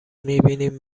میبینیم